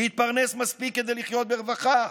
להתפרנס מספיק כדי לחיות ברווחה?